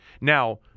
Now